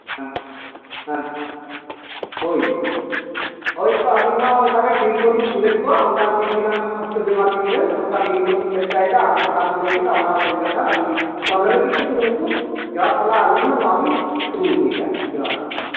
ᱦᱮᱸ ᱦᱮᱸ ᱦᱳᱭ ᱦᱳᱭ ᱛᱚ ᱟᱞᱤᱧ ᱦᱚᱸ ᱚᱱᱠᱟ ᱜᱮ ᱴᱤᱢ ᱠᱚᱞᱤᱧ ᱠᱩᱞᱮᱫ ᱠᱚᱣᱟ ᱚᱱᱠᱟᱱ ᱴᱤᱢ ᱢᱮᱱᱟᱜ ᱠᱚᱣᱟ ᱥᱟᱥᱛᱷᱚ ᱵᱤᱢᱟ ᱴᱤᱢ ᱨᱮ ᱚᱱᱠᱟ ᱴᱤᱢ ᱠᱚᱞᱤᱧ ᱪᱮᱥᱴᱟᱭᱮᱫᱟ ᱟᱵᱮᱱ ᱡᱟᱦᱟᱸ ᱵᱮᱱ ᱞᱟᱹᱭ ᱠᱮᱫᱟ ᱚᱱᱟ ᱥᱟᱹᱨᱤ ᱠᱟᱛᱷᱟ ᱟᱞᱤᱧ ᱞᱟᱹᱜᱤᱫ ᱛᱮ ᱠᱩᱨᱩᱢᱩᱴᱩ ᱯᱮᱭᱟᱨ ᱥᱟᱞᱟᱜ ᱟᱞᱤᱧ ᱦᱚᱸ ᱱᱚᱣᱟ ᱞᱤᱧ ᱠᱩᱨᱩᱢᱩᱴᱩᱭᱮᱫᱟ ᱡᱚᱦᱟᱨ